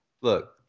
Look